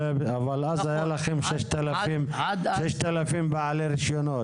אבל אז היה לכם 6,000 בעלי רישיונות.